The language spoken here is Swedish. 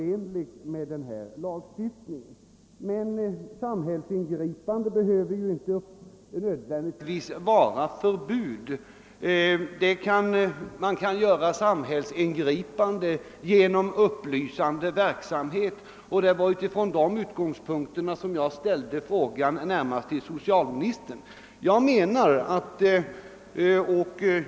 Ett samhällsingripande behöver inte nödvändgtvis innebära ett förbud. Man kan göra samhällsingripanden genom upplysande verksamhet, och det var utifrån dessa utgångspunkter som jag ställde frågan närmast till socialministern.